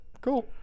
cool